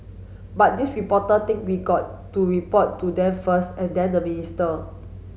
but these reporter think we got to report to them first and then the minister